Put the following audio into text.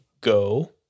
Go